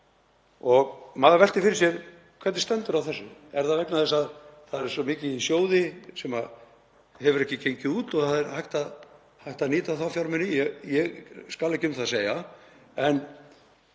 Maður veltir fyrir sér: Hvernig stendur á þessu? Er það vegna þess að það er svo mikið í sjóði sem hefur ekki gengið út og hægt er að nýta þá fjármuni? Ég skal ekki um það segja.